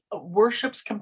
worships